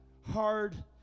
hard